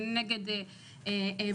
כל